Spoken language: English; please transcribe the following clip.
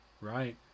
Right